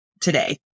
today